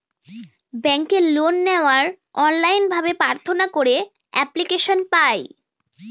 ব্যাঙ্কে লোন নেওয়ার অনলাইন ভাবে প্রার্থনা করে এপ্লিকেশন পায়